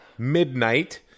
Midnight